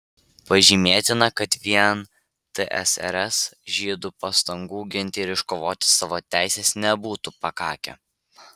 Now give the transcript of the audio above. pažymėtina kad vien tsrs žydų pastangų ginti ir iškovoti savo teises nebūtų pakakę